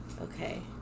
Okay